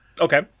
Okay